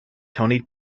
tony